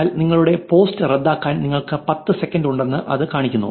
എന്നാൽ നിങ്ങളുടെ പോസ്റ്റ് റദ്ദാക്കാൻ നിങ്ങൾക്ക് പത്ത് സെക്കൻഡ് ഉണ്ടെന്ന് ഇത് കാണിക്കുന്നു